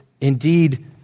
indeed